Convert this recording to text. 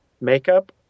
makeup